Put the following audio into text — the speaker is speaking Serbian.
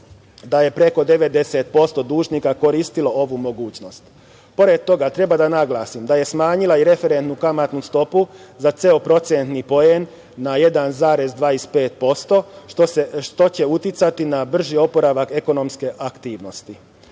da je preko 90% dužnika koristilo ovu mogućnost. Pored toga treba da naglasim da je smanjila i referentnu kamatnu stopu za ceo procentni poen na 1,25%, što će uticati na brži oporavak ekonomske